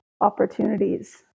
opportunities